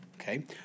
Okay